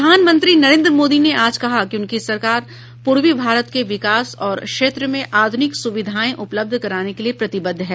प्रधानमंत्री नरेन्द्र मोदी ने आज कहा कि उनकी सरकार पूर्वी भारत के विकास और क्षेत्र में आधुनिक सुविधाएं उपलब्ध कराने के लिए प्रतिबद्ध है